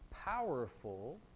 powerful